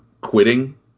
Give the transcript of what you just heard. quitting